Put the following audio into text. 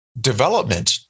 development